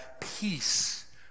peace